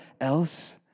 else